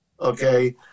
okay